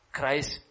Christ